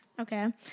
Okay